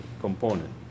component